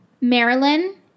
Marilyn